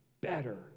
Better